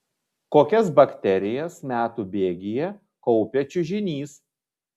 kokias bakterijas metų bėgyje kaupia čiužinys